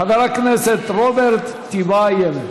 חבר הכנסת רוברט טיבייב.